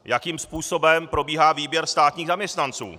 Jakým způsobem probíhá výběr státních zaměstnanců?